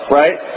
right